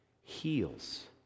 heals